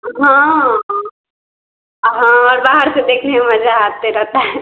हाँ हाँ बाहर से देखने में मज़ा आते रहता है